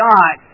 God